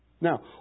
Now